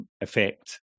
effect